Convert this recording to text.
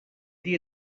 dia